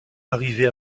arrivé